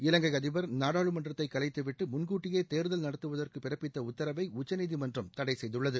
இலங்கை அதிபர் நாடாளுமன்றத்தை கலைத்துவிட்டு முன்கூட்டியே தேர்தல் நடத்துவதற்கு பிறப்பித்த உத்தரவை உச்சநீதிமன்றம் தடை செய்துள்ளது